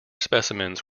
specimens